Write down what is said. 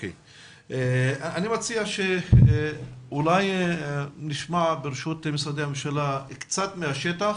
אני מציע שברשות משרדי הממשלה נשמע קצת מהשטח